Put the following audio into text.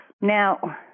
Now